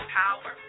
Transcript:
power